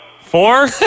Four